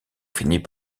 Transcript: finit